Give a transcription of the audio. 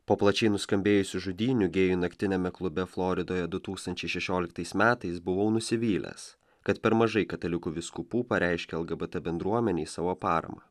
po plačiai nuskambėjusių žudynių gėjų naktiniame klube floridoje du tūkstančiai šešioliktais metais buvau nusivylęs kad per mažai katalikų vyskupų pareiškė lgbt bendruomenei savo paramą